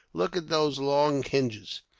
look at those long hinges.